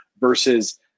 versus